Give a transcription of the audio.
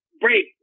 break